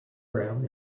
brown